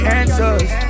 answers